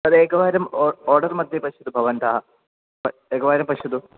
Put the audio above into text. तदेकवारम् order मध्ये पश्यतु भवन्तः एकवारं पश्यतु